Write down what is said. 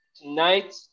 Tonight